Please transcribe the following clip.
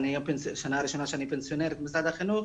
וזו שנה ראשונה שאני פנסיונרית משרד החינוך,